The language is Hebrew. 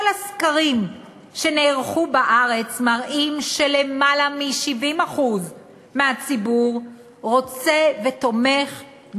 כל הסקרים שנערכו בארץ מראים שיותר מ-70% מהציבור רוצים ותומכים